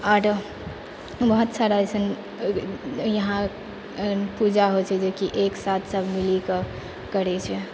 आरो बहुत सारा अइसन इहाँ पूजा होइ छै जे कि एकसाथ सभ मिलीकऽ करै छै